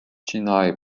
chennai